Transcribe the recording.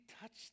touched